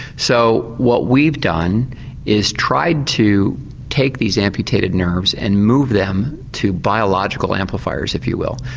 so what we've done is tried to take these amputated nerves and move them to biological amplifiers, if you will,